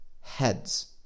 heads